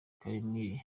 karemire